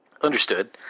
Understood